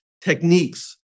techniques